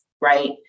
right